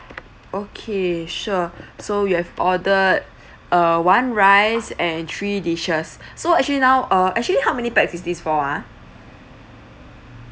okay sure so you have ordered err one rice and three dishes so actually now uh actually how many pax is this for ah